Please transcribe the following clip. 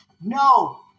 No